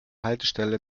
haltestelle